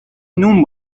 نون